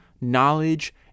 knowledge